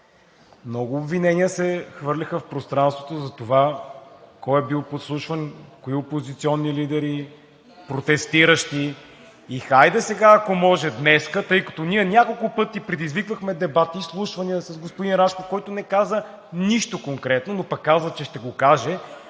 Много обвинения се хвърлиха в пространството за това кой е бил подслушван, кои опозиционни лидери, протестиращи и хайде сега, ако може днес, тъй като ние няколко пъти предизвиквахме дебати, изслушвания с господин Рашков, който не каза нищо конкретно, но пък каза, че ще го каже,